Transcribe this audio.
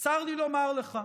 צר לי לומר לך,